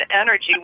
energy